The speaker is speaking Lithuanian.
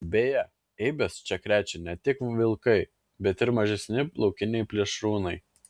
beje eibes čia krečia ne tik vilkai bet ir mažesni laukiniai plėšrūnai